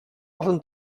often